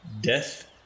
death